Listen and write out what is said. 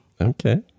Okay